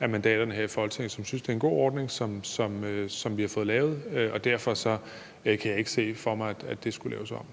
af mandaterne her i Folketinget, som synes, det er en god ordning, vi har fået lavet, og derfor kan jeg ikke se for mig, at det skulle laves om.